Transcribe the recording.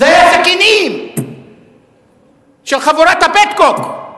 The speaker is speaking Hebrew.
זה היה סכינים של חבורת ה"פטקוק".